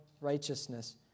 righteousness